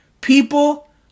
People